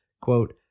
quote